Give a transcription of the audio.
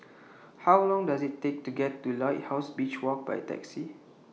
How Long Does IT Take to get to Lighthouse Beach Walk By Taxi